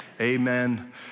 amen